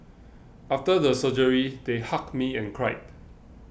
after the surgery they hugged me and cried